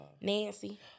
Nancy